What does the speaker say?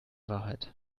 wahrheit